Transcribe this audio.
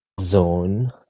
zone